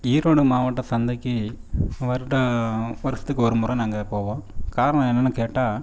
ஈரோடு மாவட்ட சந்தைக்கு வருட வருஷத்துக்கு ஒரு முறை நாங்கள் போவோம் காரணம் என்னென்னு கேட்டால்